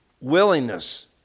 willingness